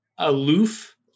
aloof